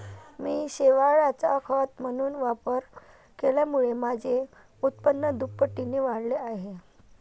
मी शेवाळाचा खत म्हणून वापर केल्यामुळे माझे उत्पन्न दुपटीने वाढले आहे